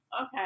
Okay